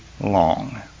long